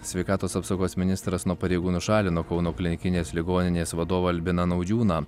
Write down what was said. sveikatos apsaugos ministras nuo pareigų nušalino kauno klinikinės ligoninės vadovą albiną naudžiūną